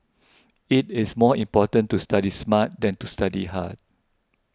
it is more important to study smart than to study hard